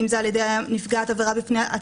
האם זה על ידי נפגעת העבירה עצמה?